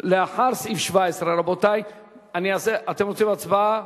לאחר סעיף 2. אתם רוצים הצבעה,